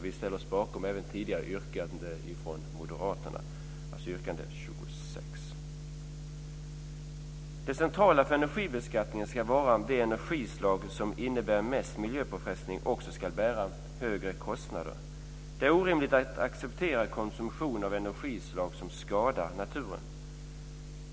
Vi ställer oss även bakom tidigare yrkande från Moderaterna. Det gäller alltså reservation 26. Det centrala för energibeskattningen ska vara att ett energislag som innebär mer miljöpåfrestning också ska bära högre kostnader. Det är orimligt att acceptera konsumtion av energislag som skadar naturen.